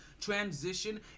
transition